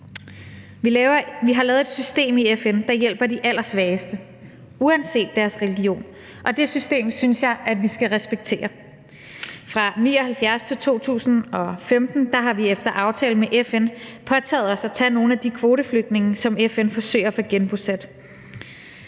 Vi har lavet et system i FN, der hjælper de allersvageste uanset deres religion, og det system synes jeg vi skal respektere. Fra 1979-2015 har vi efter aftale med FN påtaget os at tage nogle af de kvoteflygtninge, som FN forsøger at få genbosat,